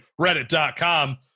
reddit.com